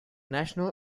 national